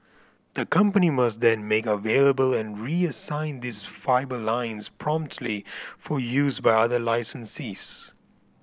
the company must then make available and reassign these fibre lines promptly for use by other licensees